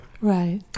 Right